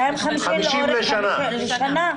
250 מיליון שקלים לחמש שנים.